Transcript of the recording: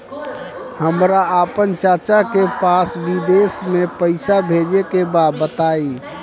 हमरा आपन चाचा के पास विदेश में पइसा भेजे के बा बताई